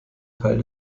teil